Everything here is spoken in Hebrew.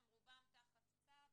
הם רובם תחת צו,